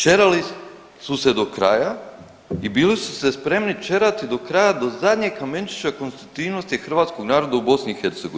Ćerali su se do kraja i bili su se spremni ćerati do kraja, do zadnjeg kamenčića konstitutivnosti hrvatskog naroda u BiH.